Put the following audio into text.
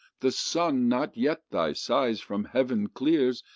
the sun not yet thy sighs from heaven clears,